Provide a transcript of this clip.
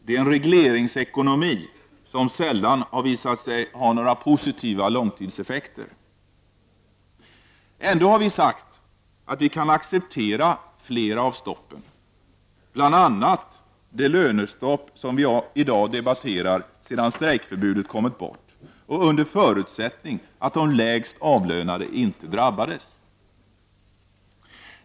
Det är en regleringsekonomi som sällan har visat sig få några positiva långsiktiga effekter. Ändå har vi sagt att vi kan acceptera flera av stoppen, bl.a. det lönestopp som vi i dag debatterar, sedan strejkförbudet kom bort, under förutsättning att de lägst avlönade inte drabbas.